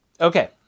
Okay